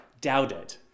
doubted